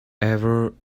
ever